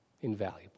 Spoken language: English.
Invaluable